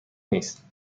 نیست